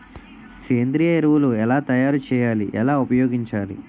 సేంద్రీయ ఎరువులు ఎలా తయారు చేయాలి? ఎలా ఉపయోగించాలీ?